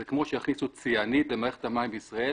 זה כמו שיכניסו ציאניד למערכת המים בישראל